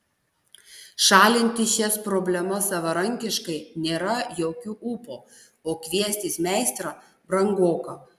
šalinti šias problemas savarankiškai nėra jokių ūpo o kviestis meistrą brangoka